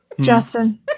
Justin